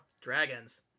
Dragons